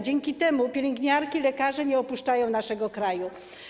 Dzięki temu pielęgniarki i lekarze nie opuszczają naszego kraju.